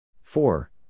four